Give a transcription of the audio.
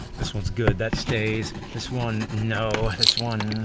this one's good. that stays. this one? no. this one.